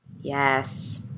Yes